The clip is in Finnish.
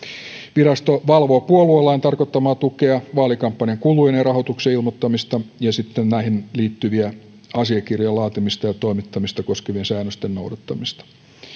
virasto valvoo puoluelain tarkoittamaa tukea vaalikampanjan kulujen ja rahoituksen ilmoittamista ja sitten näihin liittyviä asiakirjojen laatimista ja ja toimittamista koskevien säännösten noudattamista